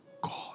God